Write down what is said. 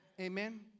Amen